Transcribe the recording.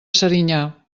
serinyà